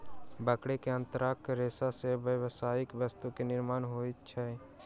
बकरी के आंतक रेशा से व्यावसायिक वस्तु के निर्माण होइत अछि